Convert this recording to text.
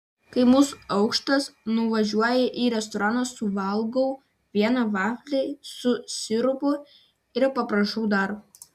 kai mūsų aukštas nuvažiuoja į restoraną suvalgau vieną vaflį su sirupu ir paprašau dar